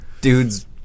dude's